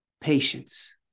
patience